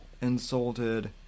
insulted